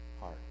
heart